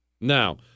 Now